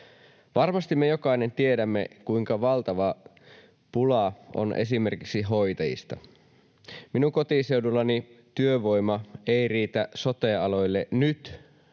Varmasti me jokainen tiedämme, kuinka valtava pula on esimerkiksi hoitajista. Minun kotiseudullani työvoima ei riitä sote-aloille nyt